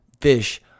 fish